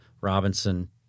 Robinson